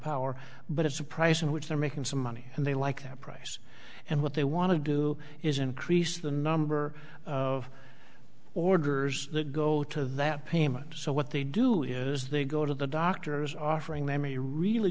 power but it's a price in which they're making some money and they like that price and what they want to do is increase the number of orders that go to that payment so what they do is they go to the doctors offering them a really